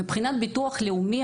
מבחינת ביטוח לאומי,